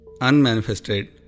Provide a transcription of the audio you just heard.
unmanifested